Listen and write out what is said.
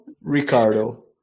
Ricardo